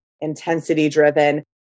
intensity-driven